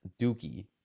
dookie